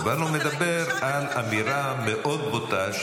אבל הוא מדבר על אמירה מאוד בוטה,